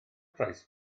price